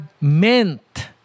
meant